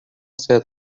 cet